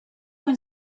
one